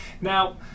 Now